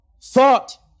thought